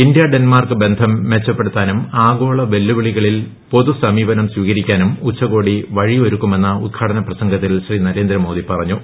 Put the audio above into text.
India Denmark ബസ്ടം മെച്ചപ്പെടുത്താനും ആഗോള വെല്ലുവിളികളിൽ പൊതു സമീപനം സ്വീകരിക്കാനും ഉച്ചകോടി വഴിയൊരുക്കുമെന്ന് ഉദ്ഘാടന പ്രസംഗത്തിൽ ശ്രീ നരേന്ദ്ര മോദി പറഞ്ഞു